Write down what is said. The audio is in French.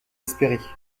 espérer